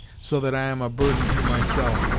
so that i am a burden to myself,